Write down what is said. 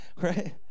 Right